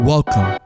Welcome